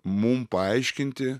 mum paaiškinti